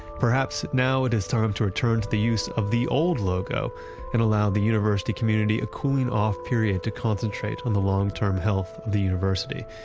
perhaps now it is time to return to the use of the old logo and allow the university community a cooling off period to concentrate on the long term health the university.